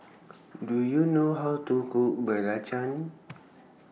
Do YOU know How to Cook Belacan